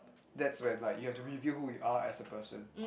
that's when like you have to reveal who you are as a person